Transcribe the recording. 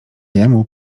jemu